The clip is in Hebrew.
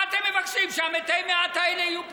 מה אתם מבקשים, שהמתי מעט האלה יהיו פליליים?